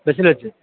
ബെസ്സിൽ വെച്ച്